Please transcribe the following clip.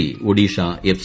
C Odisha F